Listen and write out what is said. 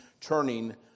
turning